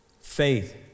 Faith